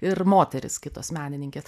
ir moterys kitos menininkės